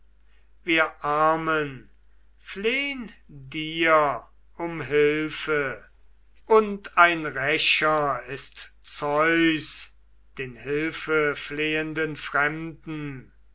wir armen flehn dir um hilfe und ein rächer ist zeus den hilfeflehenden fremden